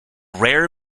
rare